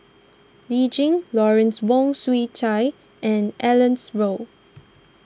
Lee Tjin Lawrence Wong Shyun Tsai and Alice Ong